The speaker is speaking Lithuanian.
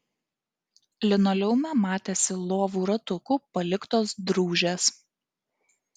linoleume matėsi lovų ratukų paliktos drūžės